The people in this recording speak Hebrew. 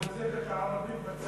אבל הוצאת את הערבים בצד.